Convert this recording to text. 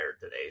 today